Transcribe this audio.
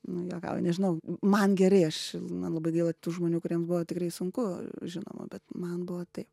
nu juokauju nežinau man gerai aš man labai gaila tų žmonių kuriems buvo tikrai sunku žinoma bet man buvo taip